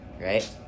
Right